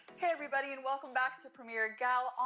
hey everybody and welcome back to premiere gal.